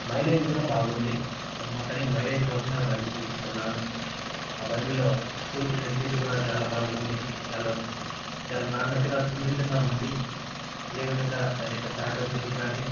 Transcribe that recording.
mileage కూడా బాగుంది నేను మొత్తానికి మైలేజ్ కోసమే ఆ బండి చూసి కొన్నాను ఆ బండిలో కూర్చునే సీట్ కూడా బాగుంది చాలా సు చాలా నాణ్యతగా సున్నితంగా ఉంది అదే విధంగా దాని యొక్క షాక్ అబ్సర్వర్లు కానీ